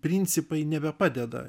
principai nebepadeda